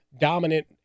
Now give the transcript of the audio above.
dominant